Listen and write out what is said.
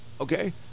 Okay